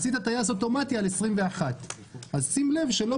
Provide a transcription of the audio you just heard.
עשית טייס אוטומטי על 2021. אז שים לב שלא